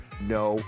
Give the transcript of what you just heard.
No